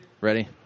Ready